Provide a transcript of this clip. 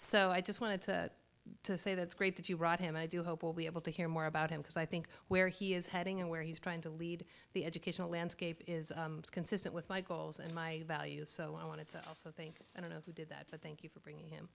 so i just wanted to say that's great that you brought him i do hope will be able to hear more about him because i think where he is heading and where he's trying to lead the educational landscape is consistent with my goals and my values so i want to also think i don't know who did that but thank you for bringing